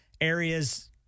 areas